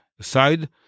Side